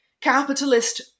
capitalist